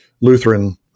Lutheran